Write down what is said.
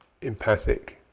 empathic